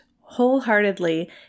wholeheartedly